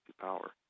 power